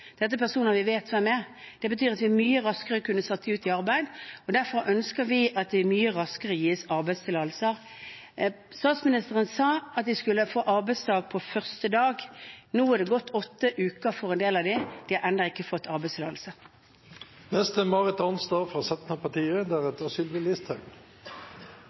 Dette er personer vi vet hvem er. Det betyr at vi mye raskere kunne satt dem ut i arbeid. Derfor ønsker vi at det mye raskere gis arbeidstillatelser. Statsministeren sa at de skulle få arbeid fra første dag. Nå er det gått åtte uker for en del av dem. De har ennå ikke fått